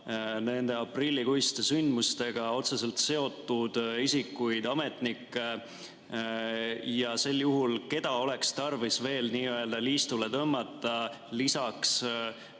nende aprillikuiste sündmustega otseselt seotud isikuid, ametnikke? Keda sel juhul oleks tarvis veel n‑ö liistule tõmmata lisaks